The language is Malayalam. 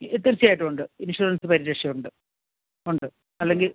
തീർച്ചയായിട്ടും ഉണ്ട് ഇൻഷുറൻസ് പരിരക്ഷ ഉണ്ട് അല്ലെങ്കിൽ